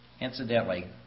Incidentally